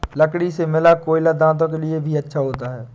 लकड़ी से मिला कोयला दांतों के लिए भी अच्छा होता है